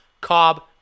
Cobb